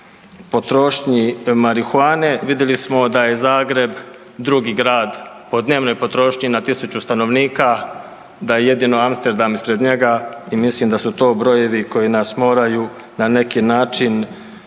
potrošnji marihuane vidjeli smo da je Zagreb 2. grad po dnevnoj potrošnji na tisuću stanovnika, da je jedino Amsterdam ispred njega i mislim da su to brojevi koji nas moraju na neki način